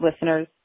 listeners